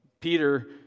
Peter